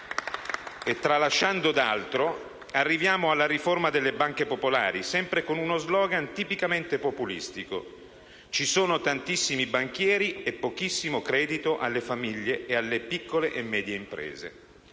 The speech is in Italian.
Tralasciando altro, arriviamo alla riforma delle banche popolari, sempre con uno *slogan* tipicamente populistico: «Ci sono tantissimi banchieri e pochissimo credito alle famiglie e alle piccole e medie imprese».